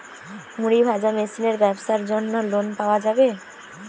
মুড়ি ভাজা মেশিনের ব্যাবসার জন্য লোন পাওয়া যাবে?